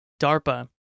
DARPA